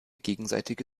gegenseitige